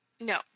No